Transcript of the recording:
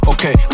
Okay